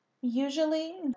Usually